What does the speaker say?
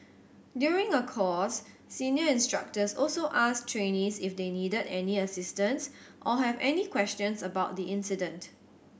during a course senior instructors also asked trainees if they needed any assistance or have any questions about the incident